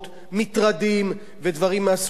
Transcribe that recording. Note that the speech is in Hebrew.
מטרדים ודברים מהסוג הזה,